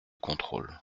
contrôle